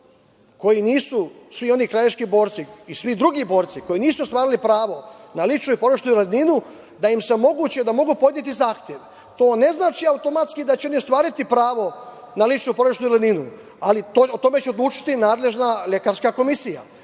koji nisu svi oni krajiški borci, i svi drugi borci, koji nisu ostvarili pravo na ličnu i porodičnu invalidninu, da im se omogući da mogu podneti zahtev. To ne znači automatski da će oni ostvariti pravo na ličnu porodičnu invalidninu, ali o tome će odlučiti nadležna lekarska komisija,